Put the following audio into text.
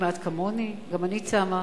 כמעט כמוני, גם אני צמה,